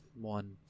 one